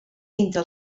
entre